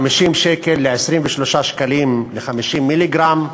מ-50 שקל ל-23 שקלים ל-50 מיליגרם,